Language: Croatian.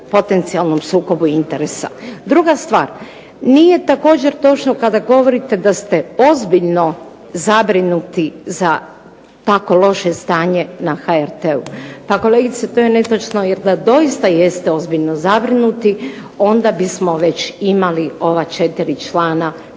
potencijalnom sukobu interesa. Druga stvar, nije također točno kada govorite da ste ozbiljno zabrinuti za tako loše stanje na HRT-u. Pa kolegice to je netočno jer da doista jeste ozbiljno zabrinuti onda bismo već imali ova četiri člana